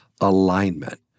alignment